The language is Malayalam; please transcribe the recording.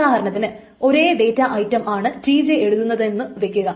ഉദാഹരണത്തിന് ഒരേ ഡേറ്റ ഐറ്റം ആണ് Tj എഴുതുന്നതെന്നു വയ്ക്കുക